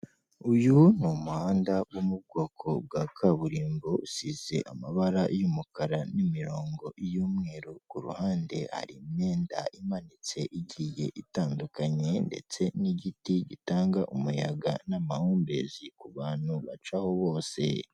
Uyu ni umuhanda wo mu bwoko bwa kaburimbo usize amabara y'umukara n'imirongo y'umweru, ku ruhande hari imyenda imanitse igiye itandukanye ndetse n'igiti gitanga umuyaga n'amahumbezi ku bantu bacaho bose.